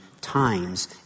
times